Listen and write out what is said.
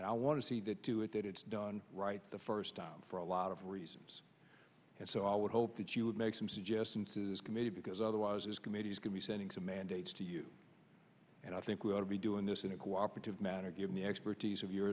to see that do it that it's done right the first time for a lot of reasons and so i would hope that you would make some suggestions to this committee because otherwise this committee's going to be sending some mandates to you and i think we ought to be doing this in a cooperative manner given the expertise of your